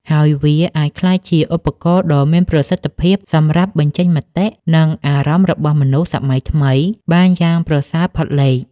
ហើយវាអាចក្លាយជាឧបករណ៍ដ៏មានប្រសិទ្ធភាពសម្រាប់បញ្ចេញមតិ និងអារម្មណ៍របស់មនុស្សសម័យថ្មីបានយ៉ាងប្រសើរផុតលេខ។